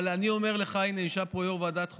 אבל אני אומר לך, הינה, ישב פה יו"ר ועדת חוקה.